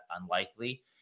unlikely